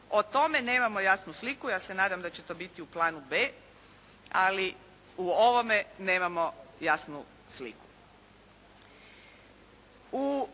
O tome nemamo jasnu sliku, ja se nadam da će to biti u planu b) ali u ovome nemamo jasnu sliku.